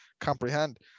comprehend